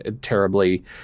terribly